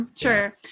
sure